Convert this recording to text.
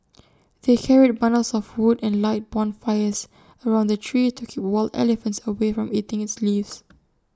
they carried bundles of wood and light bonfires around the tree to keep wild elephants away from eating its leaves